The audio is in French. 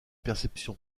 perception